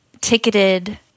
ticketed